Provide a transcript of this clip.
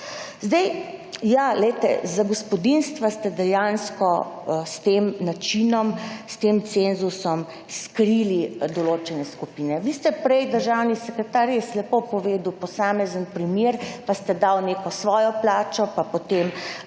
Ja, glejte, za gospodinjstva ste dejansko s tem načinom, s tem cenzusom skrili določene skupine. Prej ste, državni sekretar, res lepo povedali posamezen primer, pa ste dali za primer svojo plačo in potem